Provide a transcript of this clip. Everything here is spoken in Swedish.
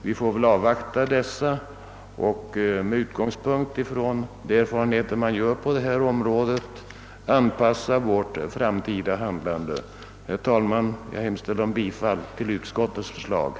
Vi får väl avvakta resultaten av dessa och anpassa vårt framtida handlande efter de erfarenheter man gör på detta område. Herr talman! Jag hemställer om bifall till utskottets hemställan.